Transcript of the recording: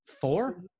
four